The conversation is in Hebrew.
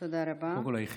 תודה רבה.